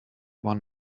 one